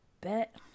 bet